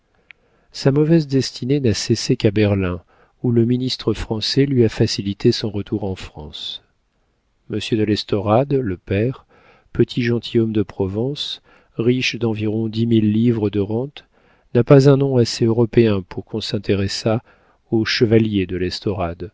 sa mauvaise destinée n'a cessé qu'à berlin où le ministre français lui a facilité son retour en france monsieur de l'estorade le père petit gentilhomme de provence riche d'environ dix mille livres de rentes n'a pas un nom assez européen pour qu'on s'intéressât au chevalier de l'estorade